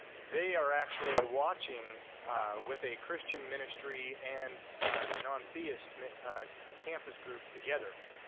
they are actually watching with a christian ministry and a non-theist campus group together.